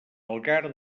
algar